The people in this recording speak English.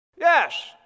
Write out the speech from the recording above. Yes